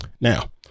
now